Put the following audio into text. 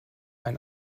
ein